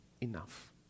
enough